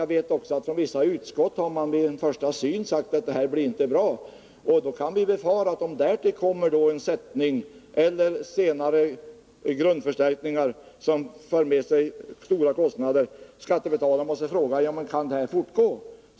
Jag vet också att man i vissa utskott vid en första syn har sagt att förhållandena inte blir bra. Vi kan befara att det därtill kommer en sättning och senare måste göras grundförstärkningar som för med sig stora kostnader. Skattebetalarna måste fråga sig om detta kan fortgå.